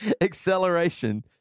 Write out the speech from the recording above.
acceleration